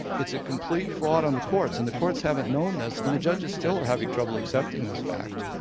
it's a complete fraud on the courts, and the courts haven't known this, and the judges still are having trouble accepting this fact.